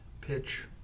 pitch